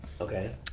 Okay